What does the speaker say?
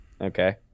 Okay